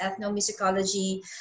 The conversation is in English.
ethnomusicology